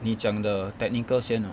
你讲的 technical 先 ah